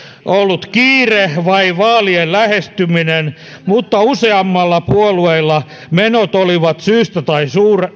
ollut kiire vai vaalien lähestyminen mutta useammalla puolueella menot oli syystä tai